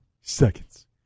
seconds